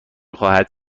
خواهد